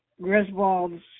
Griswolds